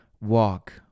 walk